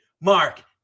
mark